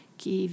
que